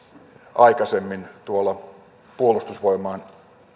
aikaisemmin puolustusvoimain